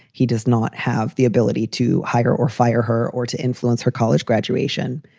he does not have the ability to hire or fire her or to influence her college graduation.